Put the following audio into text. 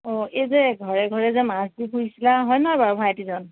অ এই যে ঘৰে ঘৰে যে মাছ দি ফুৰিছিলা হয় নহয় বাৰু ভাইটিজন